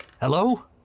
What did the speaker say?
Hello